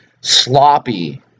sloppy